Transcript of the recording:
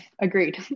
agreed